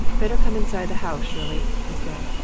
better come inside the house, shirley, he said.